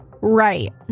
Right